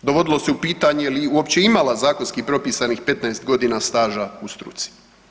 Dovodilo se u pitanje je li uopće imala zakonski propisanih 15 godina staža u struci?